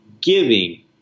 giving